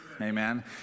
Amen